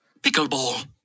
Pickleball